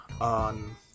on